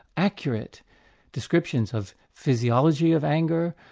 accurate descriptions of physiology of anger,